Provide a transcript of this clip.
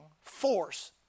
force